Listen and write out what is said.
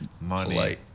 money